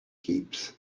keeps